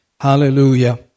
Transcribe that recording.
Hallelujah